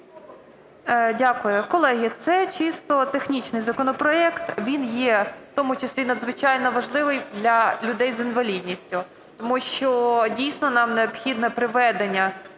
Дякую. Колеги, це чисто технічний законопроект, він є в тому числі надзвичайно важливий для людей з інвалідністю, тому що дійсно нам необхідно приведення